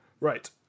Right